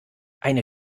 eine